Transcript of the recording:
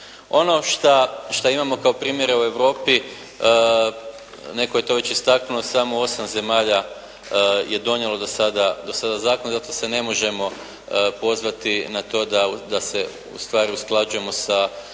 šta, što imamo kao primjere u Europi, netko je to već istaknuo samo 8 zemalja je donijelo do sada, do sada zakon. Zato se ne možemo pozvati na to da se ustvari usklađujemo sa